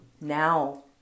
now